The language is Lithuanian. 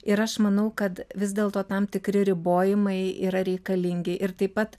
ir aš manau kad vis dėlto tam tikri ribojimai yra reikalingi ir taip pat